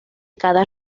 cada